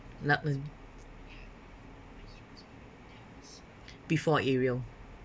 lochlan before ariel